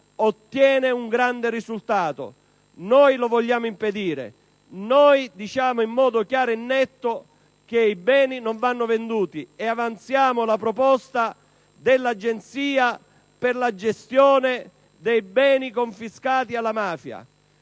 ottiene un grande risultato. Noi lo vogliamo impedire, diciamo in modo chiaro e netto che i beni non vanno venduti, e avanziamo la proposta dell'agenzia per la gestione dei beni confiscati alla mafia.